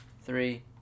Three